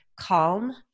calm